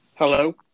Hello